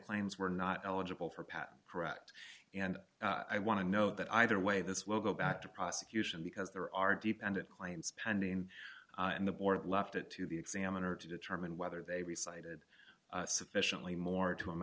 claims were not eligible for pat correct and i want to know that either way this will go back to prosecution because there are deep and it claims pending in the board left it to the examiner to determine whether they be cited sufficiently more to